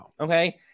Okay